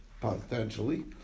potentially